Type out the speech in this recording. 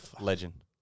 Legend